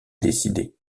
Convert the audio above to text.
décidé